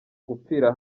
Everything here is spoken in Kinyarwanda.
gupfira